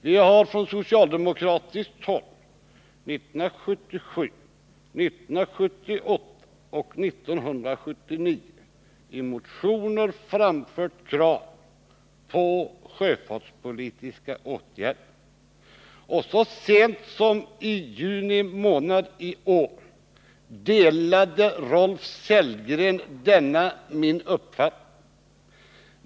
Vi har från socialdemokratiskt håll 1977, 1978 och 1979 i motioner framfört krav på sjöfartspolitiska åtgärder. Så sent som i juni månad i år delade Rolf Sellgren min uppfattning att sådana åtgärder behövdes.